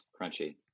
crunchy